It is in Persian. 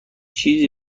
چیزی